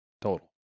total